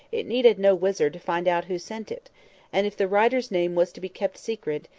it needed no wizard to find out who sent it and if the writer's name was to be kept secret,